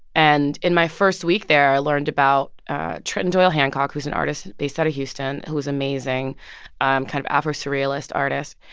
and in my first week there, i learned about trenton doyle hancock, who's an artist based out of houston who is amazing kind of afro-surrealist artist.